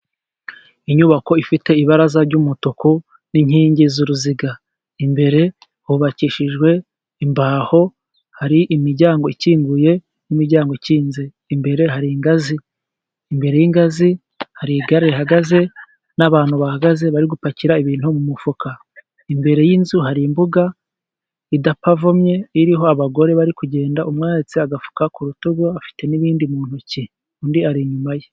Inyubako ifite ibaraza ry'umutuku n'inkingi z'uruziga. Imbere hubakishijwe imbaho, hari imiryango ikinguye n'imiryango ikinze. Imbere hari ingazi, imbere y'ingazi hari igare rihagaze n'abantu bahagaze bari gupakira ibintu mu mufuka. Imbere y'inzu hari imbuga idapavomye iriho abagore bari kugenda, umwe ahetse agafuka ku rutugu afite n'ibindi mu ntoki, undi ari inyuma ye.